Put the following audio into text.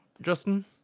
Justin